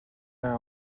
how